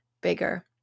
bigger